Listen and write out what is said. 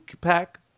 pack